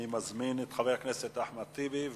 אני מזמין את חבר הכנסת אחמד טיבי.